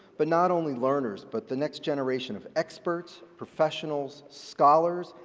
but not only learners but the next generation of experts, professionals, scholars,